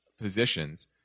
positions